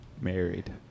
Married